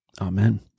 Amen